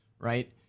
Right